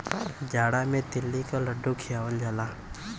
जाड़ा मे तिल्ली क लड्डू खियावल जाला